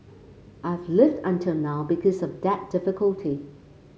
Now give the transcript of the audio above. I've lived until now because of that difficulty